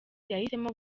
yahisemo